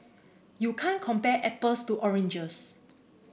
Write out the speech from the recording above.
you can't compare apples to oranges